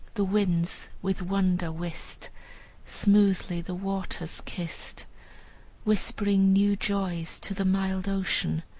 the winds with wonder whist smoothly the waters kist whispering new joys to the mild ocean,